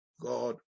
God